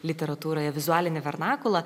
literatūroje vizualinį vernakulą